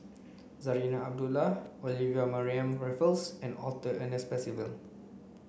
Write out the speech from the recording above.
Zarinah Abdullah Olivia Mariamne Raffles and Arthur Ernest Percival